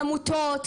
עמותות,